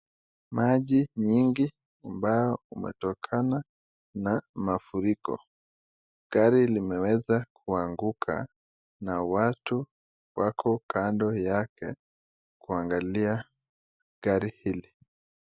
Maji nyingi ambao umetokana na mafuriko. Gari limeweza kuanguka na watu wako kando yake kuangalia gari hili.